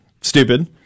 stupid